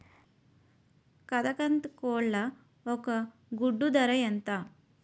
కదక్నత్ కోళ్ల ఒక గుడ్డు ధర ఎంత?